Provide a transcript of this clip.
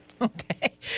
Okay